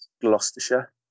Gloucestershire